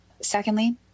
Secondly